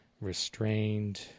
restrained